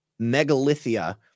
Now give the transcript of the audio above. megalithia